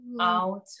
out